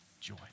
joy